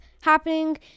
happening